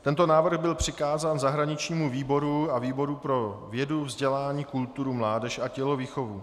Tento návrh byl přikázán zahraničnímu výboru a výboru pro vědu, vzdělání, kulturu, mládež a tělovýchovu.